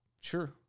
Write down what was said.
Sure